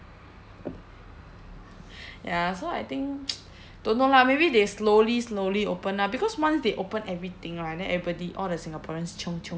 ya so I think don't know lah maybe they slowly slowly open lah because once they open everything right then everybody all the singaporeans chiong chiong